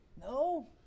No